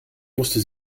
musste